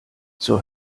zur